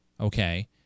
Okay